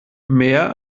mehr